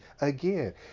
again